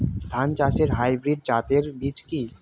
ধান চাষের হাইব্রিড জাতের বীজ কি?